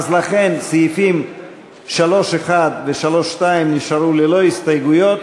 אז לכן סעיפים 3(1) ו-3(2) נשארו ללא הסתייגויות,